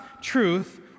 truth